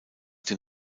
dem